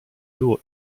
było